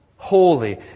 holy